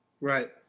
Right